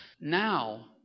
Now